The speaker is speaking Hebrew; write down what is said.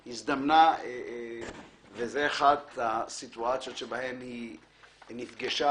וזו אחת הסיטואציות שבהן היא נפגשה,